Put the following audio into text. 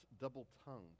double-tongued